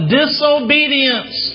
disobedience